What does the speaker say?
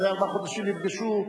אחרי ארבעה חודשים נפגשו.